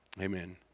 amen